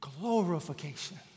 Glorification